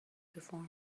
before